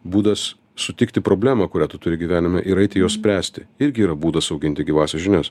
būdas sutikti problemą kurią tu turi gyvenime ir eiti jos spręsti irgi yra būdas auginti gyvąsias žinias